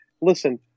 Listen